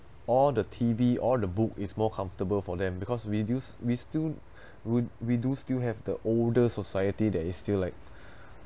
or the T_V or the book is more comfortable for them because we we still would we do still have the older society that is still like